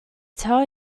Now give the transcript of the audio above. tell